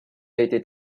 été